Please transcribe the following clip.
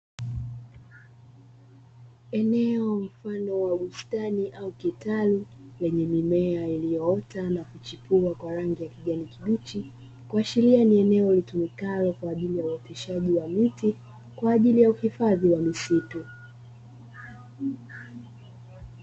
Eneo mfano wa bustani au kitalu lenye mimea iliyoota na kuchipua kwa rangi ya kijani kibichi, kuashiria ni eneo litumikalo kwa ajili ya uoteshaji wa miti kwa ajili ya uhifadhi wa misitu.